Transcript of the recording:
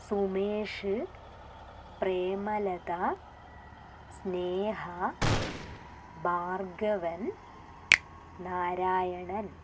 Sumesh Premalatha Sneha Bhargavan Narayanan